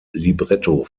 libretto